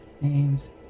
names